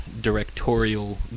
directorial